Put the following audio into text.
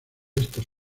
estos